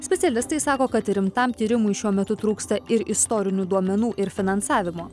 specialistai sako kad rimtam tyrimui šiuo metu trūksta ir istorinių duomenų ir finansavimo